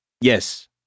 yes